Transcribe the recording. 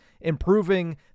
improving